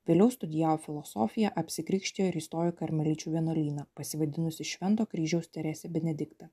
vėliau studijavo filosofiją apsikrikštijo ir įstojo į karmeličių vienuolyną pasivadinusi švento kryžiaus teresė benedikta